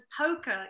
poker